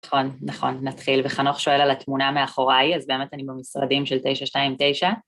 נכון, נכון, נתחיל. וחנוך שואל על התמונה מאחוריי, אז באמת אני במשרדים של 929.